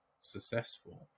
successful